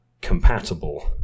compatible